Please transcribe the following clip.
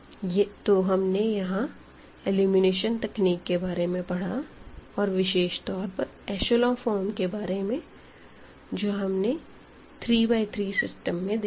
तो यहां हमने एलिमिनेशन तकनीक के बारे में पढ़ा और विशेष तौर पर ऐशलों फॉर्म के बारे में जो हमने 3 बाय 3 सिस्टम में देखा